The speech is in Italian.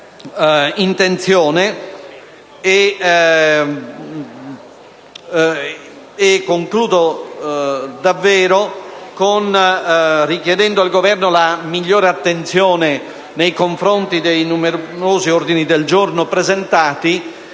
intenzione e concludo davvero chiedendo al Governo la migliore attenzione nei confronti dei numerosi ordini del giorno presentati,